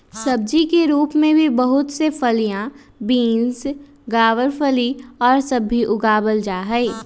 सब्जी के रूप में भी बहुत से फलियां, बींस, गवारफली और सब भी उगावल जाहई